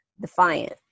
defiant